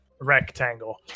rectangle